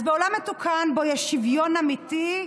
אז בעולם מתוקן, שבו יש שוויון אמיתי,